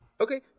Okay